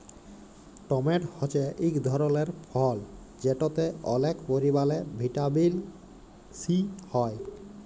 tomato হছে ইক ধরলের ফল যেটতে অলেক পরিমালে ভিটামিল সি হ্যয়